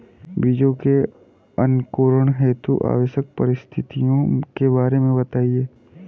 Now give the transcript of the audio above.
बीजों के अंकुरण हेतु आवश्यक परिस्थितियों के बारे में बताइए